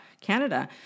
canada